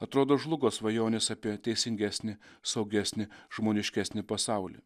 atrodo žlugo svajonės apie teisingesnį saugesnį žmoniškesnį pasaulį